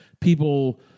people